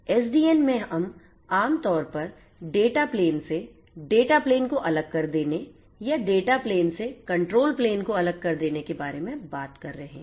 SDN में हम आम तौर पर डेटा प्लेन से डेटा प्लेन को अलग कर देने या डेटा प्लेन से कंट्रोल प्लेन को अलग कर देने के बारे में बात कर रहे हैं